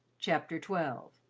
chapter twelve